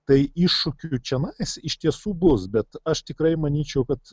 tai iššūkių čianais iš tiesų bus bet aš tikrai manyčiau kad